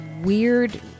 weird